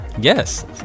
Yes